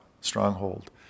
stronghold